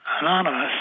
anonymous